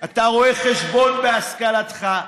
אתה רואה חשבון בהשכלתך,